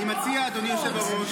אני מציע להמתין.